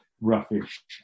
roughish